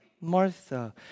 Martha